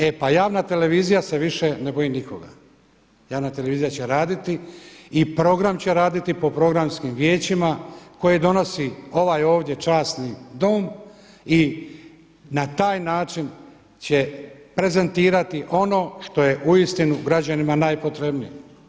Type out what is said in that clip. E pa javna televizija se više ne boji nikoga, javna televizija će raditi i program će raditi po programskim vijećima koji donosi ovaj ovdje časni dom i na taj način će prezentirati ono što je uistinu građanima najpotrebnije.